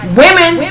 women